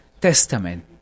testament